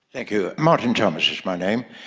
thank you. martin thomas is my name.